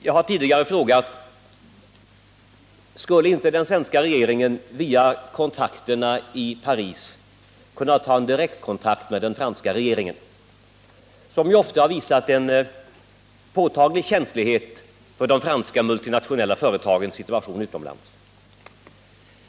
Jag har tidigare frågat: Skulle inte den svenska regeringen via kontakterna i Paris kunna ta direktkontakt med den franska regeringen, som ju ofta visat en påtagligt känslighet för de franska multinationella företagens situation utomlands?